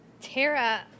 Tara